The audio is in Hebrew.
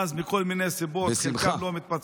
ואז מכל מיני סיבות לא מתבצעות,